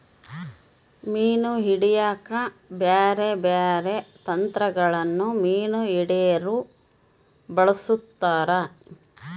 ಮೀನು ಹಿಡೆಕ ಬ್ಯಾರೆ ಬ್ಯಾರೆ ತಂತ್ರಗಳನ್ನ ಮೀನು ಹಿಡೊರು ಬಳಸ್ತಾರ